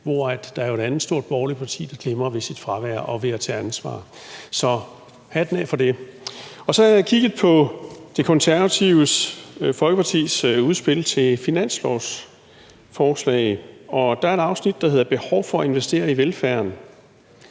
hvor der jo er et andet stort borgerligt parti, der glimrer ved sit fravær og ved ikke at tage ansvar. Så hatten af for det. Så har jeg kigget på Det Konservative Folkepartis udspil til finanslov, og dér er der et afsnit, der hedder »Behov for at investere i velfærden«,